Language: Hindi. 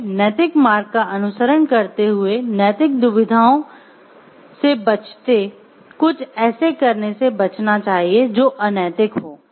हमें नैतिक मार्ग का अनुसरण करते हुए नैतिक दुविधाओं बचते कुछ ऐसे करने से बचना चाहिए जो अनैतिक हो